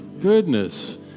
goodness